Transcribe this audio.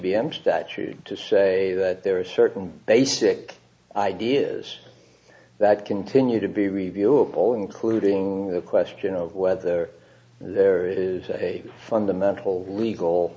b m statute to say that there are certain basic ideas that continue to be reviewable including the question of whether there is a fundamental legal